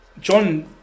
John